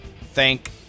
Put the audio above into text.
Thank